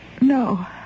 no